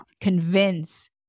convince